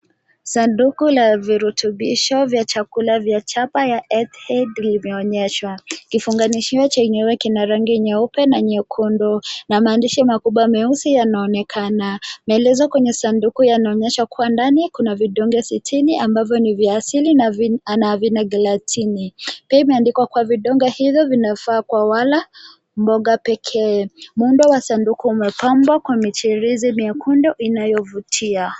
Sanduku la virutubisho vya chakula vya chapa ya inaonyeshwa. Kifunganishio chenyewe kina rangi nyeupe na nyekundu na maandishi makubwa meusi yanaonekana. Maelezo kwenye sanduku yanaonyesha kuwa ndani kuna vidonge sitini ambavyo ni vya asili na vina glatini. Pia imeandikwa kwa vidonge hivyo vinafaa kuwala mboga pekee. Muundo wa sanduku umepambwa kwa michirizi miekundu inayovutia.